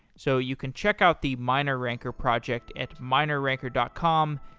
so you can check out the mineranker project at mineranker dot com.